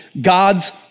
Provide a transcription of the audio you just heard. God's